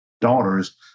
daughters